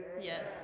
Yes